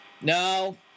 No